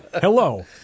Hello